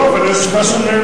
לא, אבל יש מה שנאמר.